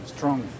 Strong